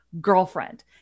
girlfriend